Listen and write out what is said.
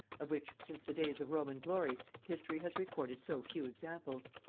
of which, since the days of roman glory, history has recorded so few examples.